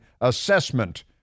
assessment